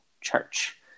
church